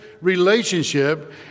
relationship